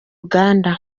uganda